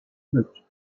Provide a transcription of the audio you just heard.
bridge